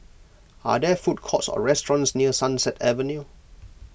are there food courts or restaurants near Sunset Avenue